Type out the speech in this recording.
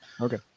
Okay